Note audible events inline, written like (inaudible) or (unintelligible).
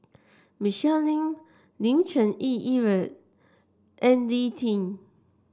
Michelle Lim Lim Cherng Yih (unintelligible) and Lee Tjin